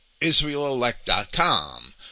IsraelElect.com